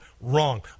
wrong